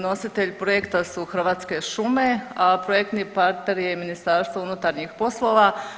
Nositelj projekta su Hrvatske šume, a projektni partner je Ministarstvo unutarnjih poslova.